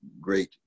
great